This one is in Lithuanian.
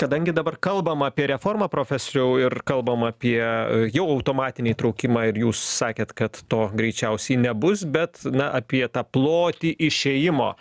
kadangi dabar kalbam apie reformą profesoriau ir kalbam apie jau automatinį įtraukimą ir jūs sakėt kad to greičiausiai nebus bet na apie tą plotį išėjimo